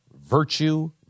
virtue